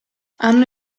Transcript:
hanno